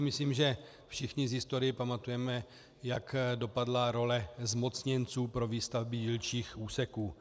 Myslím, že všichni z historie pamatujeme, jak dopadla role zmocněnců pro výstavby dílčích úseků.